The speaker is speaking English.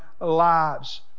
lives